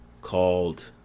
Called